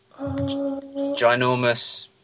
ginormous